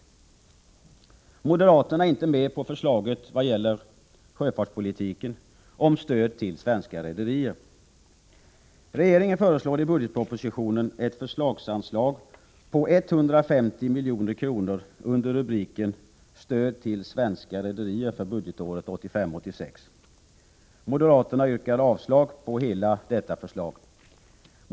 Moderaterna är inte med på förslaget om sjöfartspolitiken när det gäller stöd till svenska rederier. Regeringen föreslår i budgetpropositionen ett förslagsanslag på 150 milj.kr. under rubriken Stöd till svenska rederier för budgetåret 1985/86. Moderaterna yrkar avslag på hela detta förslag.